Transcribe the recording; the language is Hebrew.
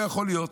לא יכול להיות.